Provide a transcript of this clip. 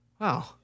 Wow